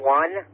one